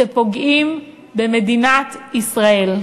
אתם פוגעים במדינת ישראל.